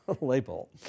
label